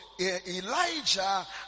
Elijah